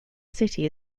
city